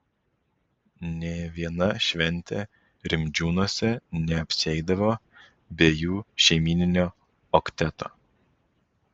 nė viena šventė rimdžiūnuose neapsieidavo be jų šeimyninio okteto